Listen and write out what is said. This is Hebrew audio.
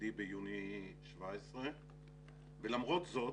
לתפקידי ביוני 2017. ולמרות זאת,